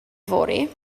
yfory